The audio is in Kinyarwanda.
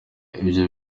ibyo